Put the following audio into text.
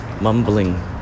mumbling